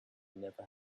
never